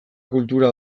kultura